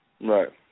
Right